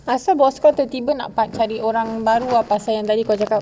I saw boss tiba nak cari orang baru pasal dia cakap